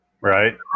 Right